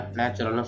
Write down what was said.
natural